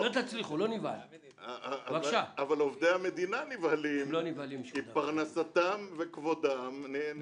אבל עובדי המדינה נבהלים כי פרנסתם וכבודם נרמסים.